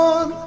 on